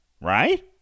right